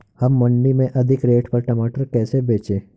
हम मंडी में अधिक रेट पर टमाटर कैसे बेचें?